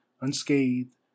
unscathed